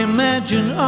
Imagine